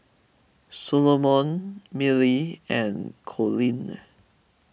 Salomon Millie and Coleen